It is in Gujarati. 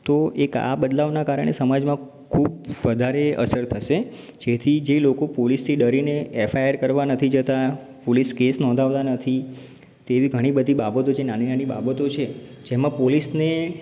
તો એક આ બદલાવના કારણે સમાજમાં ખૂબ વધારે અસર થશે જેથી જે લોકો પોલીસથી ડરીને ઍફ આઈ આર કરવા નથી જતાં પોલીસ કેસ નોંધાવતા નથી તેવી ઘણી બધી બાબતો જે નાની નાની બાબતો છે જેમાં પોલીસને